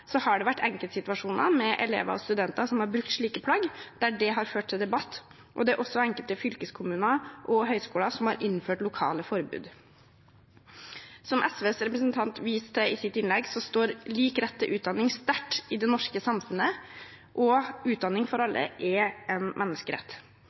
har det vært enkeltsituasjoner med elever og studenter som har brukt slike plagg, der det har ført til debatt, og det er også enkelte fylkeskommuner og høyskoler som har innført lokale forbud. Som SVs representant viste til i sitt innlegg, står lik rett til utdanning sterkt i det norske samfunnet, og utdanning for